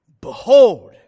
Behold